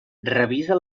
revisa